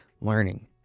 learning